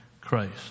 Christ